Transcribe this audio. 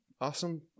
Awesome